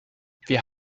wir